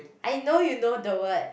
I know you know the word